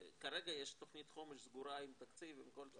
כרגע יש תוכנית חומש סגורה עם תקציב ועם כל התוכניות